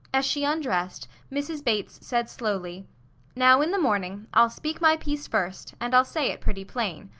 as she undressed, mrs. bates said slowly now in the morning, i'll speak my piece first and i'll say it pretty plain.